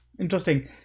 Interesting